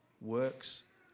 works